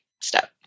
step